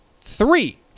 three